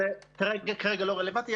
זה כרגע לא רלוונטי.